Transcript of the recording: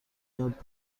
یاد